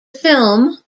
film